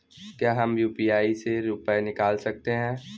क्या हम यू.पी.आई से रुपये निकाल सकते हैं?